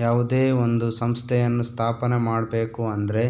ಯಾವುದೇ ಒಂದು ಸಂಸ್ಥೆಯನ್ನು ಸ್ಥಾಪನೆ ಮಾಡ್ಬೇಕು ಅಂದ್ರೆ